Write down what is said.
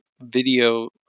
video